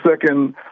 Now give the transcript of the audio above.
second